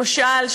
למשל,